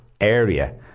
area